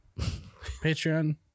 Patreon